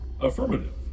Affirmative